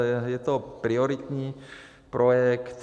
Je to prioritní projekt.